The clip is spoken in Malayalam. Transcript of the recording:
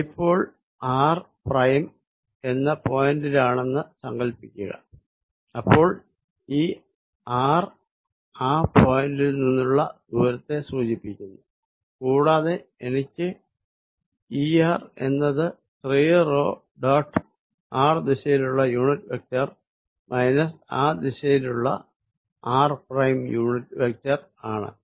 ഡൈപോൾ r ' എന്ന പോയിന്റിലാണെന്ന് സങ്കൽപ്പിക്കുക അപ്പോൾ ഈ r ആ പോയിന്റിൽ നിന്നുള്ള ദൂരത്തെ സൂചിപ്പിക്കുന്നു കൂടാതെ എനിക്ക് Er എന്നത് 3 ഡോട്ട് r ദിശയിലുള്ള യൂണിറ്റ് വെക്ടർ മൈനസ് ആ ദിശയിലുള്ള r ' യൂണിറ്റ് വെക്ടർ ആണ്